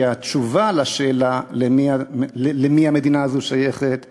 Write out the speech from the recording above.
כי התשובה על השאלה למי המדינה הזאת שייכת היא,